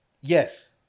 Yes